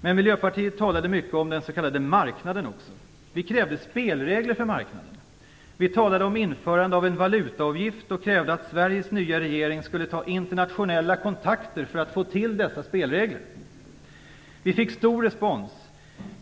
Men Miljöpartiet talade också mycket om den s.k. marknaden. Vi krävde spelregler för marknaden. Vi talade om införande av en valutaavgift och krävde att Sveriges nya regering skulle ta internationella kontakter för att få till dessa spelregler. Vi fick stor respons.